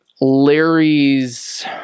Larry's